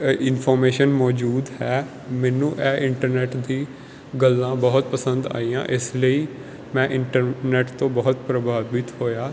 information ਮੋਜੂਦ ਹੈ ਮੈਨੂੰ ਇਹ ਇੰਟਰਨੈੱਟ ਦੀ ਗੱਲਾਂ ਬਹੁਤ ਪਸੰਦ ਆਈਆਂ ਇਸ ਲਈ ਮੈਂ ਇੰਟਰਨੈੱਟ ਤੋਂ ਬਹੁਤ ਪ੍ਰਭਾਵਿਤ ਹੋਇਆ